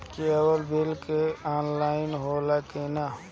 Cable के bill offline होला कि ना?